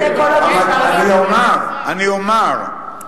אני אומר, אני אומר.